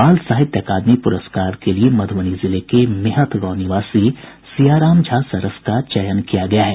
बाल साहित्य अकादमी प्रस्कार के लिए मधुबनी जिले के मेहथ गांव निवासी सियाराम झा सरस का चयन किया गया है